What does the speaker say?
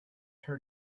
her